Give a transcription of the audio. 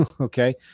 okay